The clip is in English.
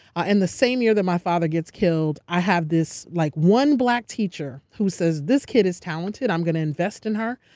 ah in the same year that my father gets killed, i have this like one black teacher, who says this kid is talented, i'm going to invest in her.